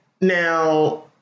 Now